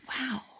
wow